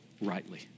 rightly